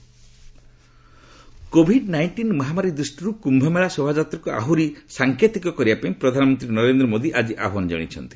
PM Kumbh Mela covid nineteen ମହାମାରୀ ଦୃଷ୍ଟିରୁ କୁମ୍ଭମେଳା ଶୋଭାଯାତ୍ରାକୁ ଆହୁରି ସାଙ୍କେତିକ କରିବା ପାଇଁ ପ୍ରଧାନମନ୍ତ୍ରୀ ନରେନ୍ଦ୍ର ମୋଦି ଆଜି ଆହ୍ବାନ ଜଣାଇଛନ୍ତି